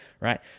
Right